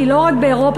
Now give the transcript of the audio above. כי לא רק באירופה,